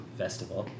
festival